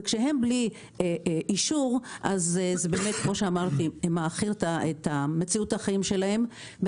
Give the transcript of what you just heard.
כאשר הם בלי אישור זה באמת מעכיר את מציאות החיים שלהם.